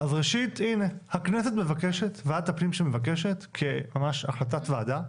אז ראשית, הנה, ועדת הפנים מבקשת ממש כהחלטת ועדה,